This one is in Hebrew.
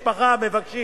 בני משפחה המבקשים